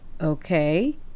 Okay